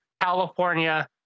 California